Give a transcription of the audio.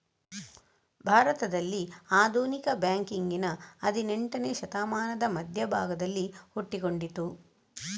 ಭಾರತದಲ್ಲಿ ಆಧುನಿಕ ಬ್ಯಾಂಕಿಂಗಿನ ಹದಿನೇಂಟನೇ ಶತಮಾನದ ಮಧ್ಯ ಭಾಗದಲ್ಲಿ ಹುಟ್ಟಿಕೊಂಡಿತು